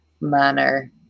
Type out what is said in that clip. manner